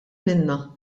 minnha